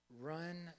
Run